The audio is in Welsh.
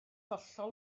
hollol